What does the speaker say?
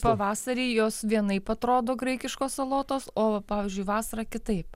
pavasarį jos vienaip atrodo graikiškos salotos o pavyzdžiui vasarą kitaip